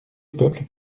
peuple